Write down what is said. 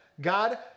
God